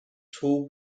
tall